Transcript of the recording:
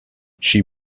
she